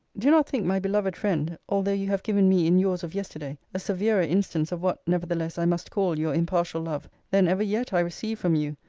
do not think, my beloved friend, although you have given me in yours of yesterday a severer instance of what, nevertheless, i must call your impartial love, than ever yet i received from you,